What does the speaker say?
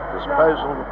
disposal